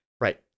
Right